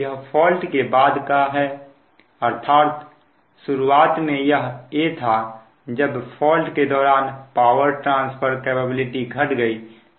यह फॉल्ट के बाद का है अर्थात शुरुआत में यह a था अब फॉल्ट के दौरान पावर ट्रांसफर कैपेबिलिटी घट गई है